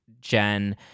Jen